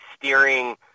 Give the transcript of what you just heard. steering